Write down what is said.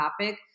topic